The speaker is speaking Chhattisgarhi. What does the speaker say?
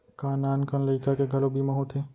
का नान कन लइका के घलो बीमा होथे?